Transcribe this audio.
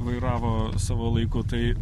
vairavo savo laiku tai